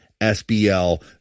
SBL